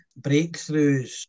breakthroughs